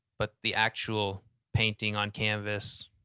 but the actual painting on canvas,